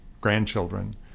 grandchildren